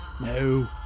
No